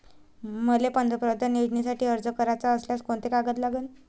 मले पंतप्रधान योजनेसाठी अर्ज कराचा असल्याने कोंते कागद लागन?